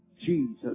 Jesus